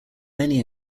many